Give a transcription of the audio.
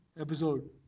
episode